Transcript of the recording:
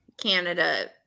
Canada